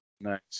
Nice